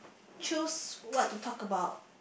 choose what to talk about